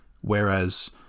Whereas